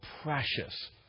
precious